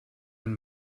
ein